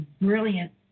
brilliant